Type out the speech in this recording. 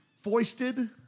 foisted